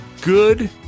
good